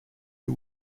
who